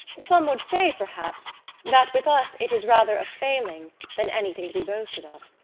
some would say, perhaps, that with us it is rather a failing than anything to be boasted of.